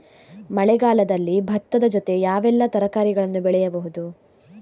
ಮಳೆಗಾಲದಲ್ಲಿ ಭತ್ತದ ಜೊತೆ ಯಾವೆಲ್ಲಾ ತರಕಾರಿಗಳನ್ನು ಬೆಳೆಯಬಹುದು?